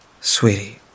Sweetie